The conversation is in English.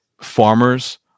Farmers